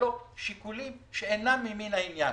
בזה לא שיקולים שאינם ממין העניין.